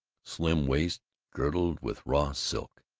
slim waist girdled with raw silk,